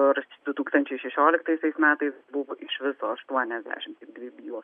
nors du tūkstančiai šešioliktaisiais metais buvo iš viso aštuoniasdešimt dvi bylos